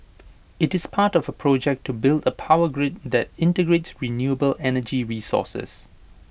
IT is part of project to build A power grid that integrates renewable energy sources